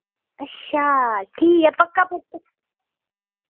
अच्छा ठीक ऐ पद क्का